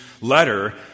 letter